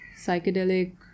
psychedelic